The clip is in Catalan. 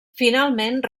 finalment